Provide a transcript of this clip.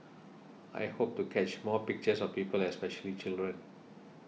I hope to catch more pictures of people especially children